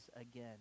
again